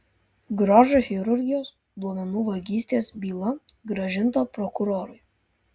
grožio chirurgijos duomenų vagystės byla grąžinta prokurorui